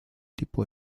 tipo